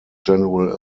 general